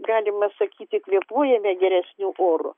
galima sakyti kvėpuojame geresniu oru